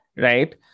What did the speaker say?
Right